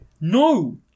No